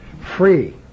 free